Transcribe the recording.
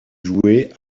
joué